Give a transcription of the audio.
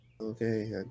Okay